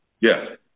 Yes